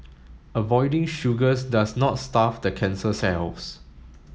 avoiding sugars does not starve the cancer cells